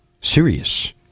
serious